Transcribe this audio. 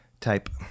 type